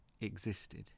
existed